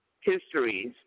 histories